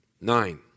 Nine